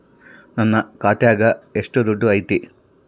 ನನ್ನ ಖಾತ್ಯಾಗ ಎಷ್ಟು ದುಡ್ಡು ಐತಿ?